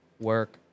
work